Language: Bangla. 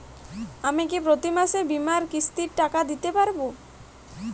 আমি কি প্রতি মাসে বীমার কিস্তির টাকা দিতে পারবো?